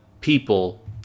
people